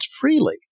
freely